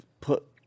put